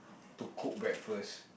to cook breakfast